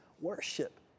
worship